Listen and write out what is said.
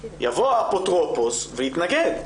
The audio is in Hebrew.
יבוא האפוטרופוס ויתנגד,